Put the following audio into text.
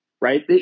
right